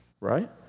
right